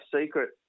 secret